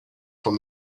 from